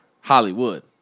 Hollywood